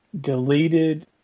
deleted